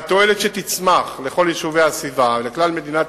והתועלת שתצמח לכל יישובי הסביבה ולכלל מדינת